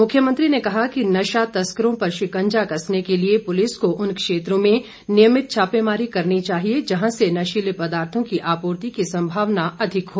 मुख्यमंत्री ने कहा कि नशा तस्करों पर शिकंजा कसने के लिए पुलिस को उन क्षेत्रों में नियमित छापेमारी करनी चाहिए जहां से नशीले पदार्थों की आपूर्ति की संभावना अधिक हो